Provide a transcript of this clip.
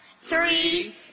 three